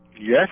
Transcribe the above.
Yes